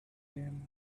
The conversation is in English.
them